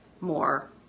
more